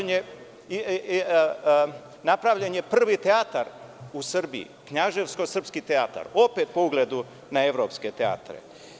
Napravljen je prvi teatar u Srbiji, Knjaževsko-srpski teatar, opet po ugledu na evropske teatre.